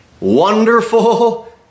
Wonderful